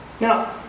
Now